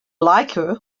like